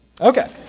Okay